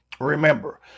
Remember